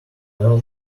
level